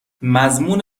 مضمون